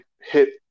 hit